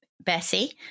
Bessie